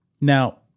Now